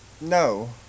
no